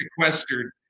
sequestered